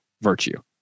virtue